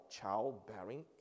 childbearing